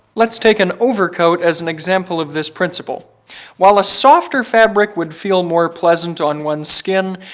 let's take an overcoat as an example of this principle while a softer fabric would feel more pleasant on one's skin,